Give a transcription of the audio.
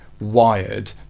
wired